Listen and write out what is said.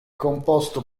composto